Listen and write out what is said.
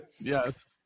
Yes